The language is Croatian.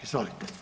Izvolite.